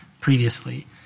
previously